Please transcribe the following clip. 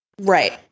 Right